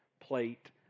plate